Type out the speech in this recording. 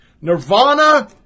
Nirvana